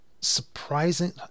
surprising